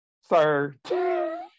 Sir